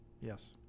Yes